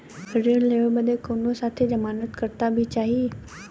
ऋण लेवे बदे कउनो साथे जमानत करता भी चहिए?